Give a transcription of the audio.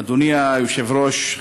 אדוני היושב-ראש,